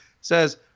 says